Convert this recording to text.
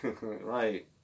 Right